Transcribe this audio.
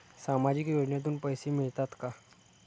सामाजिक योजनेतून पैसे मिळतात का?